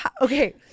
okay